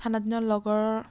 ঠাণ্ডাদিনত লগৰ